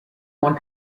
want